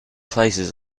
places